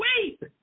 weep